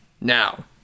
now